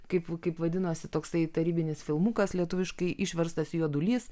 kaip kaip vadinosi toksai tarybinis filmukas lietuviškai išverstas juodulys